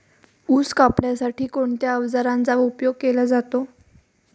ऊस कापण्यासाठी कोणत्या अवजारांचा उपयोग केला जातो?